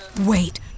Wait